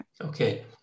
Okay